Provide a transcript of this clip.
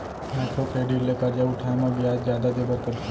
micro credit ले खरजा उठाए म बियाज जादा देबर परथे